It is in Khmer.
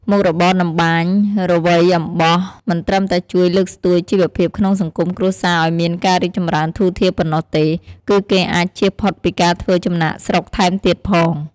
មុខរបរតម្បាញរវៃអំបោះមិនត្រឹមតែជួយលើកស្ទួយជីវភាពក្នុងសង្គមគ្រួសារឱ្យមានការរីកចំរើនធូរធារប៉ុណ្ណោះទេ គឺគេអាចចៀសផុតពីការធ្វើចំណាកស្រុកថែមទៀតផង។